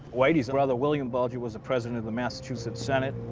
whitey's brother william bulger was the president of the massachusetts senate,